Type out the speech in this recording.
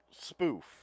Spoof